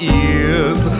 ears